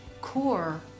Core